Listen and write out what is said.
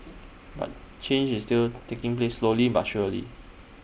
but change is still taking place slowly but surely